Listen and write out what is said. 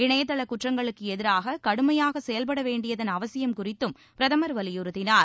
இணையதள குற்றங்களுக்கு எதிராக கடுமையாக செயல்படவேண்டியதன் அவசியம் குறித்தும் பிரதமர் வலியுறுத்தினார்